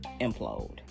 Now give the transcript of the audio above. implode